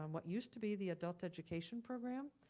um what used to be the adult education program.